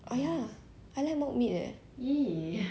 oh ya I like mock meat leh